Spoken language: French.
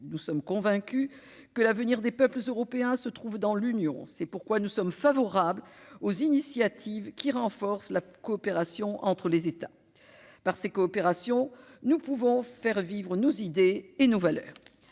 nous sommes convaincus que l'avenir des peuples européens se trouve dans l'Union, c'est pourquoi nous sommes favorables aux initiatives qui renforce la coopération entre les États par ces coopérations, nous pouvons faire vivre nos idées et nos valeurs,